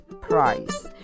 price